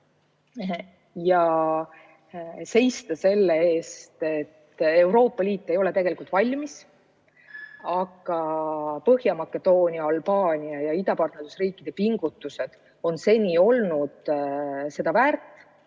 ja seista selle eest, et Euroopa Liit ei ole tegelikult valmis. Põhja-Makedoonia, Albaania ja idapartnerluse riikide pingutused on seni olnud sellist